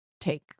take